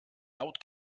laut